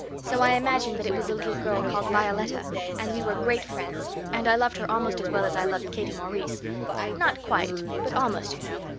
so i imagined that it was a little girl called violetta and we were great friends and i loved her almost as well as i loved katie maurice not quite, but almost, you know.